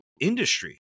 industry